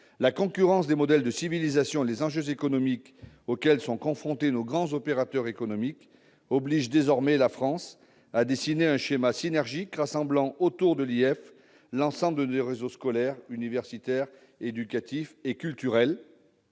la concurrence des modèles de civilisation et les enjeux économiques auxquels sont confrontés nos grands opérateurs économiques, d'autre part, obligent désormais la France à dessiner un schéma synergique. Ce schéma doit rassembler autour de l'Institut français l'ensemble de nos réseaux scolaires, universitaires, éducatifs et culturels,